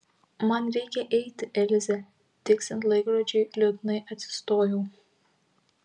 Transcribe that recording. man reikia eiti elze tiksint laikrodžiui liūdnai atsistojau